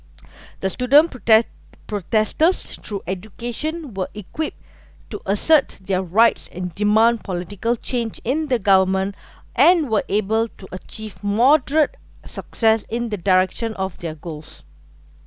the student prote~ protesters through education were equipped to assert their rights in demand political change in the government and were able to achieve moderate success in the direction of their goals